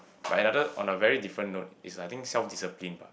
but another on a very different note is I think self discipline bah